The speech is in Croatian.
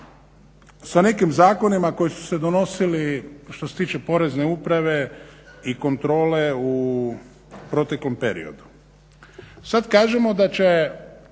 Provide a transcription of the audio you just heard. sa nekim zakonima koji su se donosili što se tiče Porezne uprave i kontrole u proteklom periodu. Sad kažemo da će